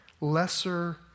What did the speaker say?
lesser